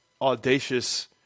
audacious –